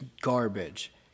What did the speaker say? garbage